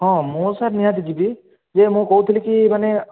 ହଁ ମୁଁ ସାର୍ ନିହାତି ଯିବି ଯେ ମୁଁ କହୁଥିଲି କି ମାନେ